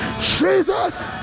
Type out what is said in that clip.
Jesus